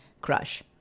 crush